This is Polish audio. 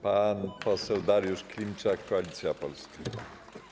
Pan poseł Dariusz Klimczak, Koalicja Polska.